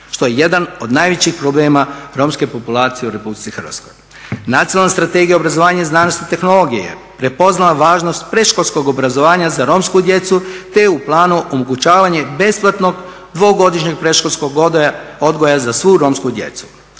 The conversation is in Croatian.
što je jedan od najvećih problema romske populacije u Republici Hrvatskoj. Nacionalna strategija obrazovanja, znanosti i tehnologije je prepoznala važnost predškolskog obrazovanja za romsku djecu, te je u planu omogućavanje besplatnog dvogodišnjeg predškolskog odgoja za svu romsku djecu.